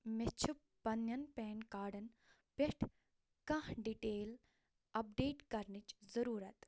مےٚ چھِ پننیٚن پین کارڈن پٮ۪ٹھ کانٛہہ ڈِٹیل اپڈیٹ کرنٕچ ضُروٗرت